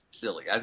silly